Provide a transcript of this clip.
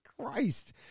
Christ